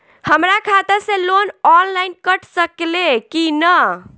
हमरा खाता से लोन ऑनलाइन कट सकले कि न?